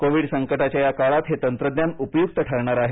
Covid संकटाच्या या काळात हे तंत्रज्ञान उपयुक्त ठरणार आहे